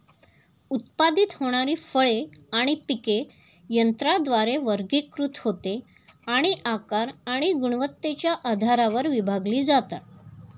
उत्पादित होणारी फळे आणि पिके यंत्राद्वारे वर्गीकृत होते आणि आकार आणि गुणवत्तेच्या आधारावर विभागली जातात